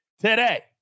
today